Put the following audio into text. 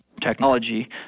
technology